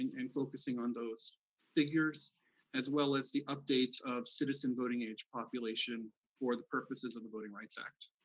and focusing on those figures as well as the updates of citizen voting age population for the purposes of the voting rights act.